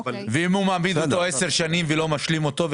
ואם הוא מעמיד אותו עשר שנים ולא משלים אותו?